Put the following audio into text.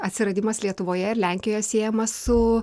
atsiradimas lietuvoje ir lenkijoje siejamas su